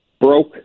broke